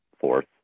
fourth